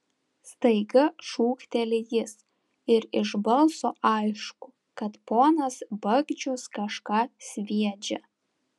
staiga šūkteli jis ir iš balso aišku kad ponas bagdžius kažką sviedžia